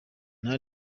nta